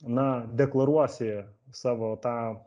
na deklaruosi savo tą